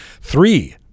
three